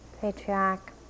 patriarch